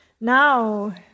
Now